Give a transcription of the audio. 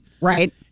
Right